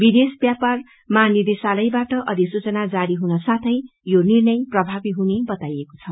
विदेश व्यापार महानिदेशालयबाट अधिसूचना जारी हुन साथै यो निर्णय प्रभावी बताइएको छ